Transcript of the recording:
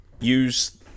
use